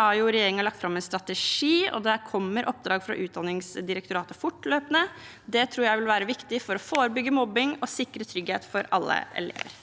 Regjeringen har lagt fram en strategi, og det kommer oppdrag fra Utdanningsdirektoratet fortløpende. Det tror jeg vil være viktig for å forebygge mobbing og sikre trygghet for alle elever.